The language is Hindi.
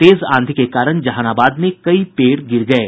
तेज आंधी के कारण जहानाबाद में कई पेड़ गिर गये